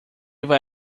vai